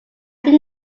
did